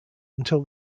until